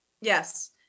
Yes